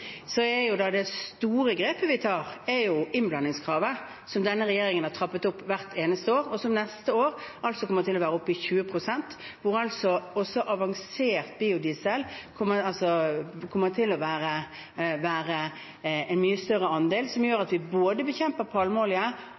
det store grepet vi tar, er innblandingskravet, som denne regjeringen har trappet opp hvert eneste år, og som altså neste år kommer til å være oppe i 20 pst., hvor også avansert biodiesel kommer til å utgjøre en mye større andel. Det gjør at vi både bekjemper